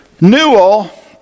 Newell